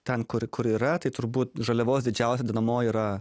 ten kur kur yra tai turbūt žaliavos didžiausia dedamoji yra